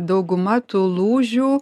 dauguma tų lūžių